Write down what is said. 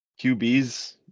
qbs